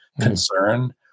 concern